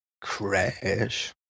Crash